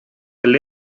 del